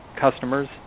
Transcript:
customers